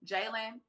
Jalen